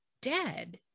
dead